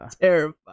terrified